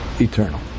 eternal